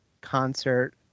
concert